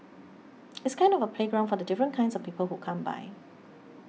it's kind of a playground for the different kinds of people who come by